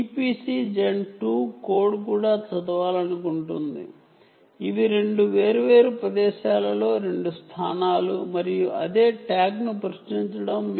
ఇప్పుడు B కూడా EPC gen 2 code ను చదవాలనుకుంటుంది ఇవి 2 వేర్వేరు ప్రదేశాలలో 2 స్థానాలు మరియు అదే ట్యాగ్ను ప్రశ్నిస్తున్నాయి